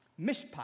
Mishpat